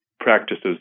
Practices